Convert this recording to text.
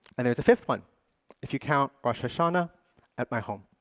and there's a fifth one if you count rosh hashanah at my home.